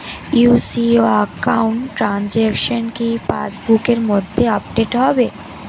UCO account transaction কি পাস বুকের মধ্যে আপডেট হবে?